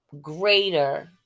greater